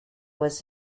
was